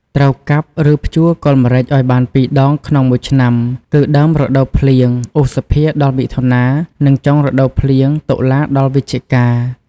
ត្រូវកាប់ ឬ ភ្ជួរគល់ម្រេចឱ្យបាន២ដងក្នុង១ឆ្នាំគឺដើមរដូវភ្លៀង ឧសភា-មិថុនា និងចុងរដូវភ្លៀង តុលា-វិច្ឆិកា។